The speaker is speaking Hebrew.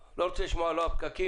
אני לא רוצה לשמוע לא על פקקים,